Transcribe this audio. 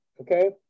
okay